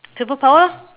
superpower